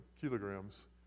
kilograms